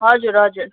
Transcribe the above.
हजुर हजुर